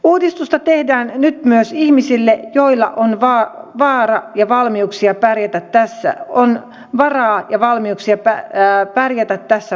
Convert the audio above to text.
uudistusta tehdään nyt naisihmisille joille hyvää nähdä ja myös ihmisille joilla on varaa ja valmiuksia pärjätä tässä palveluviidakossa